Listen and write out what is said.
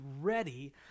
ready